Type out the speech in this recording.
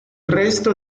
resto